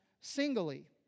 singly